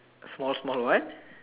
small small one